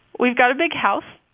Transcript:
we've got a big house.